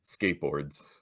skateboards